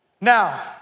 Now